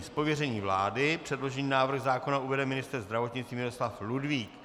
Z pověření vlády předložený návrh zákona uvede ministr zdravotnictví Miloslav Ludvík.